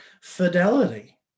fidelity